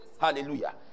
Hallelujah